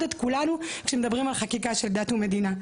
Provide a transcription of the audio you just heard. את כולנו כאשר מדברים על חקיקה של דת ומדינה.